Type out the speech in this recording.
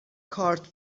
کارت